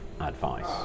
advice